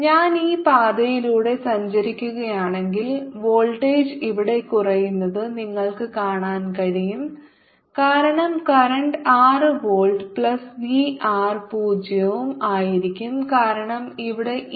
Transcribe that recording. ഞാൻ ഈ പാതയിലൂടെ സഞ്ചരിക്കുകയാണെങ്കിൽ വോൾട്ടേജ് ഇവിടെ കുറയുന്നത് നിങ്ങൾക്ക് കാണാൻ കഴിയും കാരണം current 6 volt plus V r 0 ഉം ആയിരിക്കും കാരണം ഇവിടെ ഇ